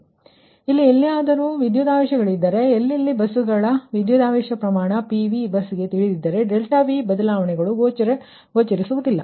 ಆದ್ದರಿಂದ ಇಲ್ಲಿ ಎಲ್ಲಿಯಾದರೂ ವೋಲ್ಟೇಜ್ ಗಳಿದ್ದರೆ ಎಲ್ಲೆಲ್ಲಿ ಬಸ್ಸುಗಳ ವಿದ್ಯುತ್ ಆವೇಶ ಪ್ರಮಾಣ P V ಬಸ್ಸ್ ಗೆ ತಿಳಿದಿದ್ದರೆ ಆ ∆V ಬದಲಾವಣೆಗಳು ಇಲ್ಲಿ ಗೋಚರಿಸುವುದಿಲ್ಲ